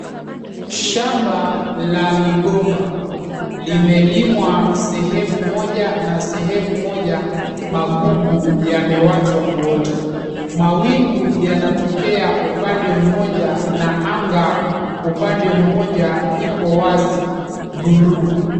Shamba la migomba limelimwa sehemu moja na sehemu moja magugu yamewachwa kuota. Mawingu yanatokea upande mmoja na anga upande mmoja ipo wazi blue .